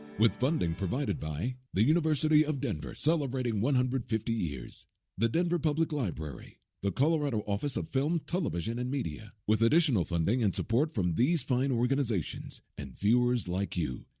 with funding provided by the university of denver, celebrating one hundred and fifty years the denver public library the colorado office of film, television, and media with additional funding and support from these fine organizations and viewers like you.